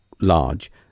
large